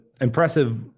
impressive